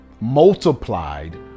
multiplied